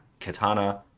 Katana